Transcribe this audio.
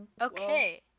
Okay